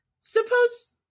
suppose